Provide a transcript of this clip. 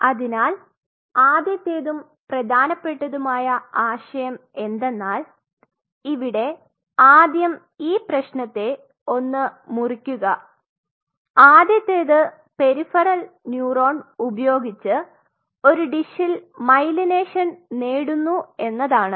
അതിനാൽ ആദ്യതെതും പ്രെധാനപെട്ടതുമായ ആശയം എന്തെന്നാൽ ഇവിടെ ആദ്യം ഈ പ്രേശ്നത്തെ ഒന്ന് മുറിക്കുക ആദ്യതെത് പെരിഫെറൽ ന്യൂറോൺ ഉപയോഗിച്ച് ഒരു ഡിഷിൽ മൈലിനേഷൻ നേടുന്നു എന്നാണ്